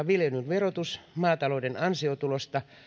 viljelyn verotus maatalouden ansiotulosta